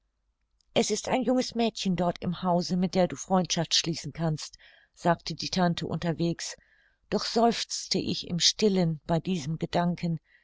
es ist ein junges mädchen dort im hause mit der du freundschaft schließen kannst sagte die tante unterwegs doch seufzte ich im stillen bei diesem gedanken